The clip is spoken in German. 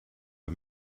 bei